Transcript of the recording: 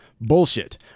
bullshit